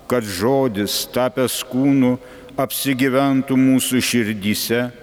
kad žodis tapęs kūnu apsigyventų mūsų širdyse